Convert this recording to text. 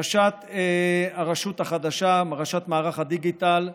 ראשת הרשות החדשה, ראשת מערך הדיגיטל,